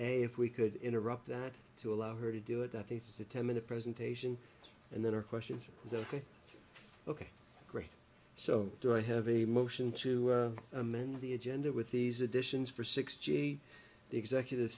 and if we could interrupt that to allow her to do it i think it's a ten minute presentation and then our questions is ok ok great so do i have a motion to amend the agenda with these additions for six g the executive